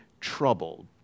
troubled